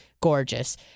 Gorgeous